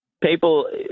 People